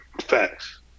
facts